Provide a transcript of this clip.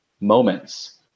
moments